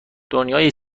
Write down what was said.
دنیای